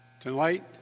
Tonight